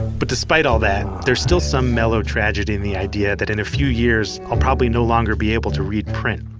but despite all that, there's still some mellow tragedy in the idea that in a few years, i'll probably no longer be able to read print.